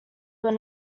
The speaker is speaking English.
were